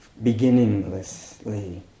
beginninglessly